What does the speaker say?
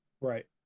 Right